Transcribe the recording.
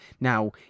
Now